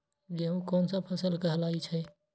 गेहूँ कोन सा फसल कहलाई छई?